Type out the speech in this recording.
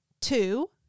two